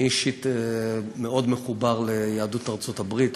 אני אישית מאוד מחובר ליהדות ארצות-הברית,